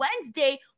Wednesday